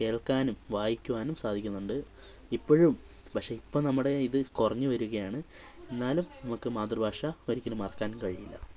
കേൾക്കാനും വായിക്കുവാനും സാധിക്കുന്നുണ്ട് ഇപ്പോഴും പക്ഷെ ഇപ്പോൾ നമ്മുടെ ഇത് കുറഞ്ഞു വരികയാണ് എന്നാലും നമുക്ക് മാതൃഭാഷ ഒരിക്കലും മറക്കാനും കഴിയില്ല